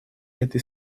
этой